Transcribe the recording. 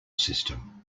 system